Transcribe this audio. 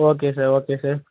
okay sir okay sir